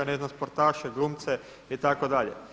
Ne znam sportaše, glumce itd.